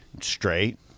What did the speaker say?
straight